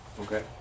Okay